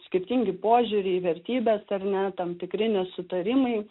skirtingi požiūriai į vertybes ar ne tam tikri nesutarimai